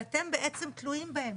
ואתם בעצם תלויים בהם,